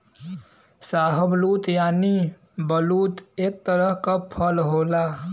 शाहबलूत यानि बलूत एक तरह क फल होला